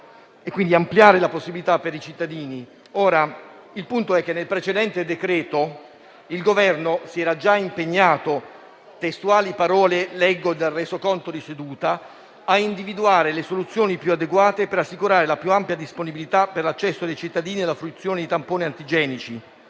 seduta, nel precedente decreto-legge il Governo aveva già assunto l'impegno «a individuare le soluzioni più adeguate per assicurare la più ampia disponibilità per l'accesso dei cittadini alla fruizione di tamponi antigenici».